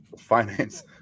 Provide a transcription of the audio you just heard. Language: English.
finance